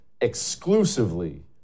exclusively